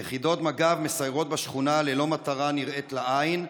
יחידות מג"ב מסיירות בשכונה ללא מטרה הנראית לעין,